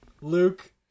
Luke